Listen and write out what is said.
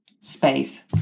space